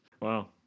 Wow